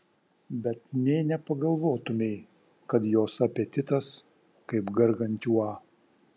bet nė nepagalvotumei kad jos apetitas kaip gargantiua